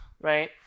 right